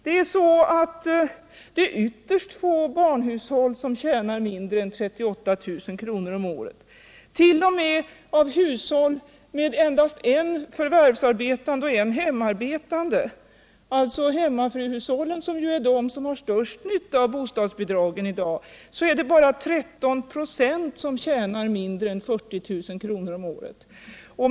Det är ytterst få barnhushåll som tjänar mindre än 38 000 kr. om året. T. o. m. av hushåll med endast en förvärvsarbetande och en hemarbetande — alltså hemmafruhushållen som ju är de som hittills haft störst nytta av bostadsbidragen — är det bara 13 96 som tjänar mindre än 40000 kr. om året.